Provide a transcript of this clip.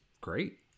great